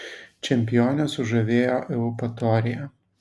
čempionę sužavėjo eupatorija